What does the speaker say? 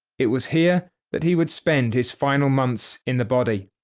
it was here that he would spend his final months in the body.